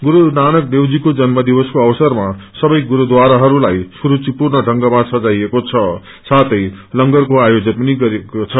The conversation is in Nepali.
गुरू नानक देवजीको जन्म दिवसको अवसरमा सवै गुरूढाराहरूलाई सुस्विपूर्ण इंगमा सजाइएको छ साथै लंगरको आयोजन पनि गरिएको छ